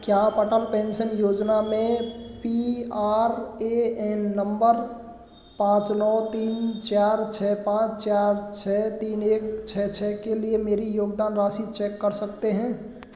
क्या आप अटल पेंशन योजना में P R A N number पाँच नौ तीन चार छः पाँच चार छः तीन एक छः छः के लिए मेरी योगदान राशि चेक कर सकते हैं